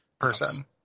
person